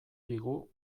digu